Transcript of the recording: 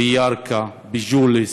בירכא, בג'וליס,